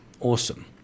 Awesome